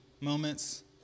moments